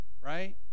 right